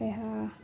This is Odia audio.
ଏହା